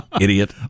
Idiot